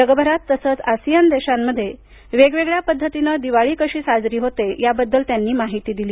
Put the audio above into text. जगभरात तसंच आसियान देशांमध्ये वेगवेगळ्या पद्धतीने दिवाळी कशी साजरी होते याबद्दल त्यांनी माहिती दिली